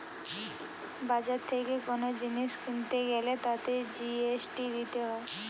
বাজার থেকে কোন জিনিস কিনতে গ্যালে তাতে জি.এস.টি দিতে হয়